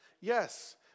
Yes